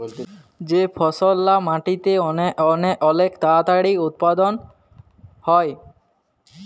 যে ফসললা মাটিতে অলেক তাড়াতাড়ি উৎপাদল হ্যয়